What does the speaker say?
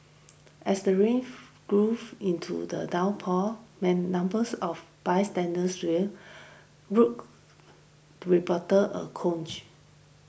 as the rain grew into the downpour and numbers of bystanders swelled group reporter a coach